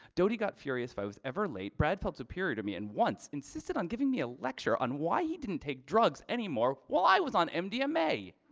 dodi got furious i was ever late. brad phelps appeared to me and once insisted on giving me a lecture on why he didn't take drugs anymore while i was on mdma.